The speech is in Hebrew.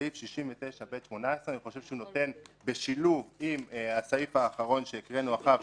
סעיף 69ב18. אני חושב שהוא נותן בשילוב עם הסעיף האחרון שקראנו עכשיו,